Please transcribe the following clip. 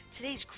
Today's